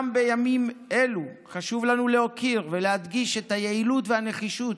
גם בימים אלו חשוב לנו להוקיר ולהדגיש את היעילות והנחישות